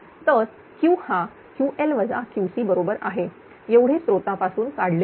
तरQ हा Ql QC बरोबर आहे एवढे स्त्रोतापासून काढले आहे